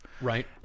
Right